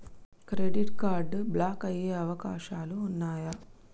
Credit card block అయ్యే అవకాశాలు ఉన్నయా?